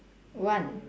one